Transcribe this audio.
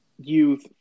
youth